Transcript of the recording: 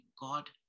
God